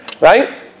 Right